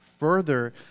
further